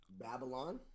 Babylon